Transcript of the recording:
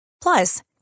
Plus